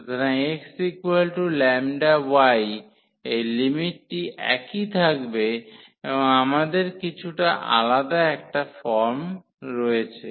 সুতরাং xλy এই লিমিটটি একই থাকবে এবং আমাদের কিছুটা আলাদা একটা ফর্ম রয়েছে